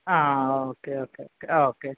ആ ആ okay okay okay